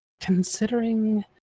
considering